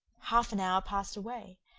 half an hour passed away,